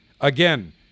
Again